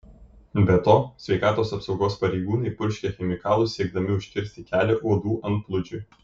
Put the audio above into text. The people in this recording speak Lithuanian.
be to sveikatos apsaugos pareigūnai purškia chemikalus siekdami užkirsti kelią uodų antplūdžiui